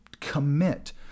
commit